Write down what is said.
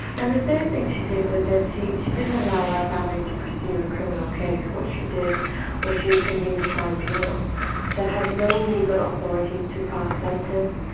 and the third thing she did was that she she didn't allow our family to pursue a criminal case. what she did was she convened a tribunal that had no legal authority to pass sentence,